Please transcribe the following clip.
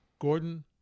Gordon